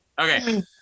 Okay